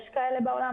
יש כאלה בעולם,